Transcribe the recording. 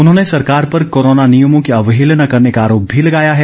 उन्होंने सरकार पर कोरोना नियमों की अवहेलना करने का आरोप भी लगाया है